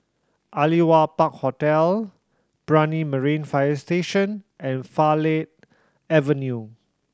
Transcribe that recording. Aliwal Park Hotel Brani Marine Fire Station and Farleigh Avenue